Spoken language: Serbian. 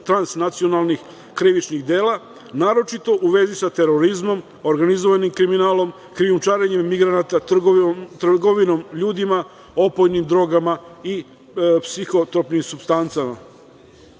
transnacionalnih krivičnih dela, naročito u vezi sa terorizmom, organizovanim kriminalom, krijumčarenjem migranata, trgovinom ljudima, opojnim drogama i psihotropnim supstancama.